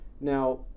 Now